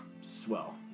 swell